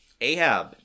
Ahab